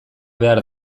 behar